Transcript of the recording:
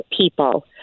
people